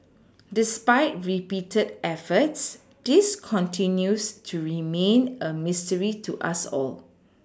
despite repeated efforts this continues to remain a mystery to us all